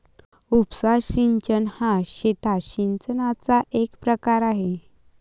उपसा सिंचन हा शेतात सिंचनाचा एक प्रकार आहे